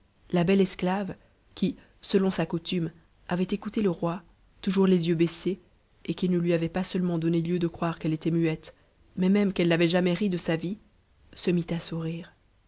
discours labelle esclave qui selon sa coutume avait écouté le toujours les yeux baissés et qui ne lui avait pas seulement donné ticu croire qu'elle était muette mais même qu'elle n'avait jamais ri de sa se mit à sourire